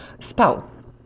spouse